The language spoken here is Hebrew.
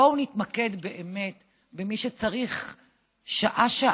בואו נתמקד באמת במי שצריך שעה-שעה,